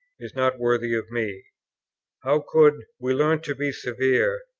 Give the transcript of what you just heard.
is not worthy of me how could we learn to be severe,